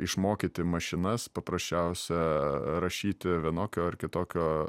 išmokyti mašinas paprasčiausia rašyti vienokio ar kitokio